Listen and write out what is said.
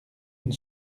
une